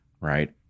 right